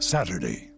Saturday